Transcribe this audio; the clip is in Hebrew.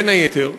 בין היתר,